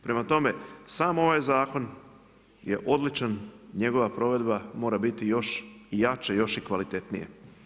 Prema tome, sam ovaj zakon je odličan, njegova provedba mora biti još jače i kvalitetnije.